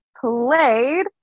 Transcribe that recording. played